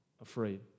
afraid